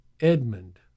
Edmund